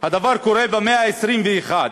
הדבר קורה במאה ה-21,